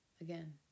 Again